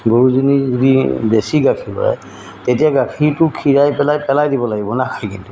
গৰুজনী যদি বেছি গাখীৰ ওলায় তেতিয়া গাখীৰটো খীৰাই পেলাই পেলাই দিব লাগিব নাখায় কিন্তু